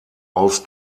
aus